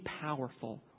powerful